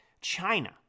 China